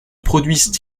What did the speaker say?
produisent